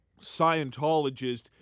Scientologist